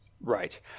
Right